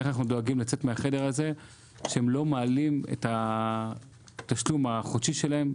איך אנחנו דואגים לצאת מהחדר הזה כשהם לא מעלים את התשלום החודשי שלהם,